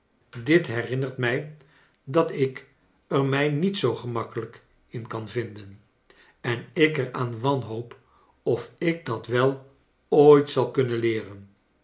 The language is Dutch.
dit herinnert mij dat ik er mij niet zoo gemakkelijk in kan vinden en ik er aan wanhoop of ik dat wel ooit zal kunnen leeren